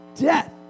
death